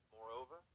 Moreover